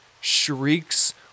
shrieks